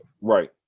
Right